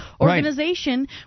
organization